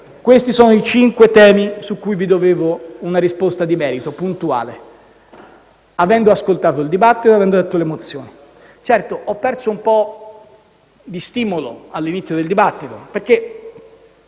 Questi sono i cinque temi su cui vi dovevo una risposta di merito puntuale, avendo ascoltato il dibatto e avendo letto le mozioni. Certo, ho perso un po' di stimolo all'inizio del dibattito.